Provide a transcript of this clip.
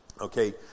Okay